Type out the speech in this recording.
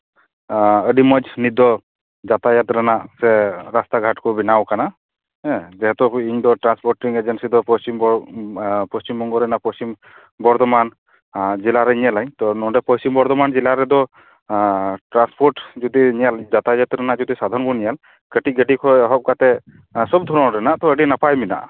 ᱟᱹᱰᱤ ᱢᱚᱡᱽ ᱱᱤᱛ ᱫᱚ ᱡᱟᱛᱟᱭᱟᱛ ᱨᱮᱱᱟᱜ ᱥᱮ ᱨᱟᱥᱛᱟᱜᱷᱟᱴ ᱠᱚ ᱵᱮᱱᱟᱣ ᱠᱟᱱᱟ ᱦᱮᱸ ᱡᱮᱦᱮᱛᱩ ᱤᱧ ᱫᱚ ᱴᱨᱟᱱᱥᱯᱳᱨᱴ ᱮᱡᱮᱱᱥᱤ ᱫᱚ ᱯᱚᱥᱪᱤᱢ ᱵᱚᱝᱜᱚ ᱨᱮᱱᱟᱜ ᱯᱚᱥᱪᱤᱢ ᱵᱚᱨᱫᱷᱚᱢᱟᱱ ᱡᱮᱞᱟᱨᱮᱧ ᱧᱮᱞᱟᱹᱧ ᱛᱚ ᱱᱚᱸᱰᱮ ᱯᱚᱥᱪᱤᱢ ᱵᱚᱨᱫᱷᱚᱢᱟᱱ ᱡᱮᱞᱟ ᱨᱮᱫᱚ ᱴᱨᱟᱱᱥᱯᱳᱨᱴ ᱡᱩᱫᱤ ᱧᱮᱞ ᱡᱟᱛᱟᱭᱟᱛ ᱨᱮᱱᱟᱜ ᱡᱩᱫᱤ ᱥᱟᱫᱷᱚᱱ ᱵᱚᱱ ᱧᱮᱞ ᱠᱟᱹᱴᱤᱡ ᱜᱟᱹᱰᱤ ᱠᱷᱚᱱ ᱮᱦᱚᱵ ᱠᱟᱛᱮ ᱥᱚᱵᱽ ᱫᱷᱚᱨᱚᱱ ᱨᱮᱱᱟᱜ ᱛᱚ ᱟᱹᱰᱤ ᱱᱟᱯᱟᱭ ᱢᱮᱱᱟᱜᱼᱟ